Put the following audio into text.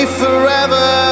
forever